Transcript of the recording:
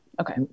Okay